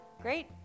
Great